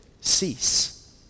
cease